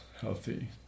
healthy